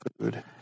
food